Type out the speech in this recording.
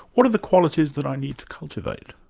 what are the qualities that i need to cultivate?